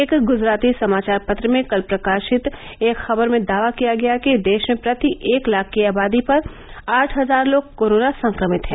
एक गुजराती समाचार पत्र में कल प्रकाशित एक खबर में दावा किया गया कि देश में प्रति एक लाख की आबादी पर आठ हजार लोग कोरोना संक्रमित हैं